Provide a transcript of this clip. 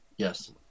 Yes